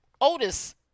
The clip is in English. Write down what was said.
Otis